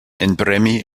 enpremi